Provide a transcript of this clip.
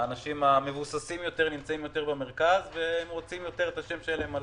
האנשים המבוססים יותר נמצאים במרכז והם רוצים את השם שלהם על